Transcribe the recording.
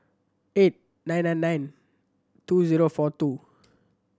eight nine nine nine two zero four two